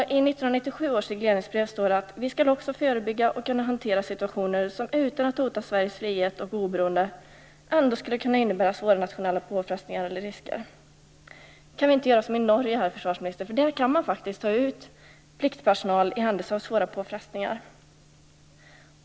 I 1997 års regleringsbrev står att man också skall kunna förebygga och hantera situationer som utan att hota Sveriges frihet och oberoende ändå skulle kunna innebära svåra nationella påfrestningar eller risker. Kan vi inte göra som i Norge, herr försvarsminister? Där kan man faktiskt ta ut pliktpersonal i händelse av svåra påfrestningar.